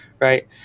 Right